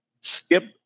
skip